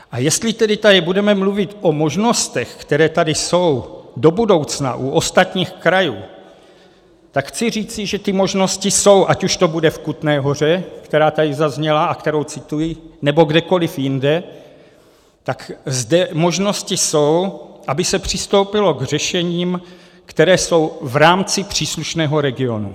A jestli tady budeme mluvit o možnostech, které tady jsou do budoucna u ostatních krajů, tak chci říct, že ty možnosti jsou, ať už to bude v Kutné Hoře, která tady zazněla a kterou cituji, nebo kdekoli jinde, tak zde možnosti jsou, aby se přistoupilo k řešení, která jsou v rámci příslušného regionu.